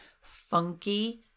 funky